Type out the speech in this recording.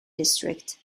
district